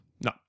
no